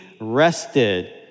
rested